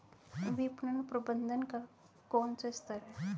विपणन प्रबंधन का कौन सा स्तर है?